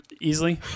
easily